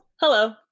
Hello